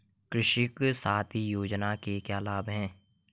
कृषक साथी योजना के क्या लाभ हैं?